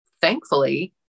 thankfully